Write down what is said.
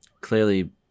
clearly